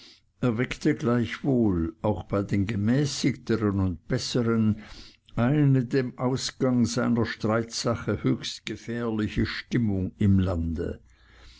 erweckte gleichwohl auch bei den gemäßigtern und besseren eine dem ausgang seiner streitsache höchst gefährliche stimmung im lande